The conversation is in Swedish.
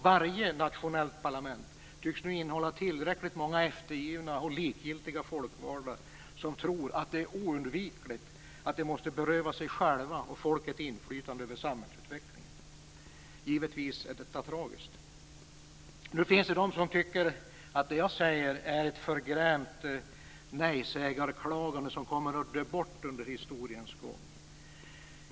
Varje nationellt parlament tycks nu innehålla tillräckligt många eftergivna och likgiltiga folkvalda som tror att det är oundvikligt att de måste beröva sig själva och folket inflytande över samhällsutvecklingen. Givetvis är detta tragiskt. Nu finns de som tycker att det som jag säger är ett förgrämt nej-sägarklagande som kommer att dö bort under historiens gång.